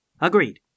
Agreed